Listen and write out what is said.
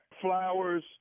flowers